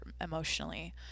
emotionally